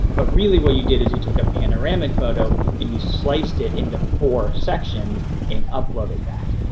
but really what you did is he took a panoramic photo and you sliced it into four sections and uploaded that.